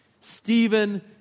Stephen